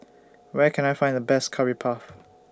Where Can I Find The Best Curry Puff